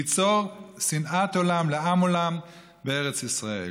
ליצור שנאת עולם לעם עולם בארץ ישראל.